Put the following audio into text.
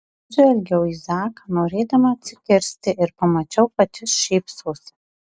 pažvelgiau į zaką norėdama atsikirsti ir pamačiau kad jis šypsosi